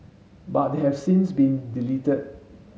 but they have since been deleted